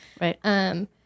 Right